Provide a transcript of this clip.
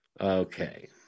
Okay